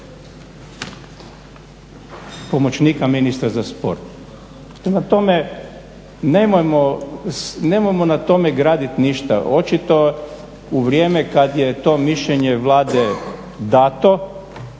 pomoćnika ministra za sport. Prema tome, nemojmo na tome graditi ništa, očito u vrijeme kad je to mišljenje Vlade dato